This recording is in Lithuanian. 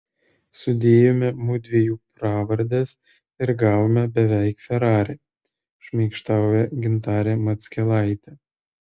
sudėjome mudviejų pravardes ir gavome beveik ferrari šmaikštauja gintarė mackelaitė